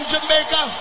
Jamaica